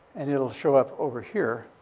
and it'll show up over here,